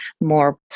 more